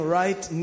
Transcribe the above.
right